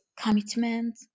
commitment